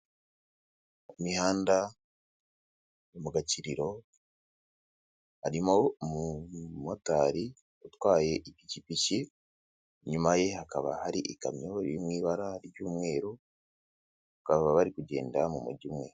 Mu mihanda, mu gakiriro harimo umumotari utwaye ipikipiki, inyuma ye hakaba hari ikamyo iri mu ibara ry'umweru, bakaba bari kugenda mu mujyo umwe.